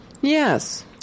Yes